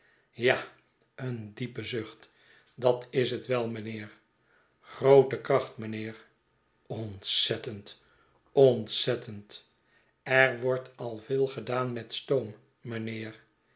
ja een diepe zucht dat is het wel mynheer i groote kracht mijnheer ontzettend ontzettend er wordt al veel gedaan met stoom mijnheer